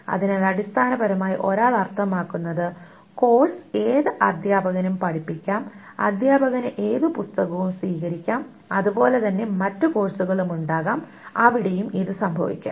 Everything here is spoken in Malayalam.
അതിനാൽ അടിസ്ഥാനപരമായി ഒരാൾ അർത്ഥമാക്കുന്നത് കോഴ്സ് ഏത് അധ്യാപകനും പഠിപ്പിക്കാം അധ്യാപകന് ഏത് പുസ്തകവും സ്വീകരിക്കാം അതുപോലെ തന്നെ മറ്റ് കോഴ്സുകളും ഉണ്ടാകാം അവിടെയും ഇത് സംഭവിക്കാം